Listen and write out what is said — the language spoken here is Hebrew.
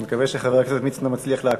אני מקווה שחבר הכנסת מצנע מצליח לעקוב.